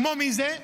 כמו מי זה?